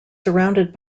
surrounded